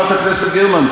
חברת הכנסת גרמן,